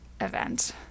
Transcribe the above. event